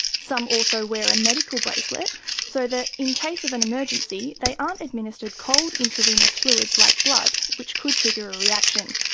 some also wear a medical bracelet so that in case of an emergency they aren't administered cold intravenous fluids like blood, which could trigger a reaction.